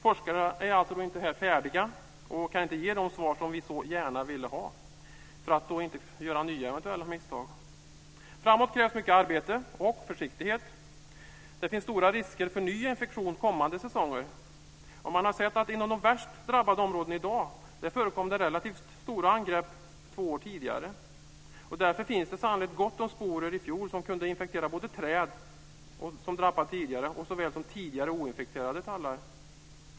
Forskarna är inte färdiga och kan inte ge de svar som vi så gärna vill ha för att inte begå nya eventuella misstag. Framöver krävs mycket arbete och försiktighet. Det finns stora risker för ny infektion under kommande säsonger. Man har sett att på de områden som är värst drabbade i dag förekom det relativt stora angrepp två år tidigare. Därför fanns det sannolikt gott om sporer i fjol som kunde infektera såväl träd som drabbats tidigare som tidigare oinfekterade tallar.